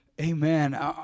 Amen